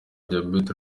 diabete